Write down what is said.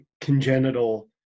congenital